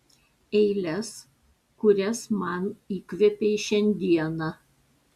eiles kurias man įkvėpei šiandieną